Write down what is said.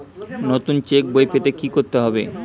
নতুন চেক বই পেতে কী করতে হবে?